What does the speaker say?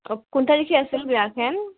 অঁ কোন তাৰিখে আছিল বিয়াখন